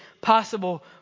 possible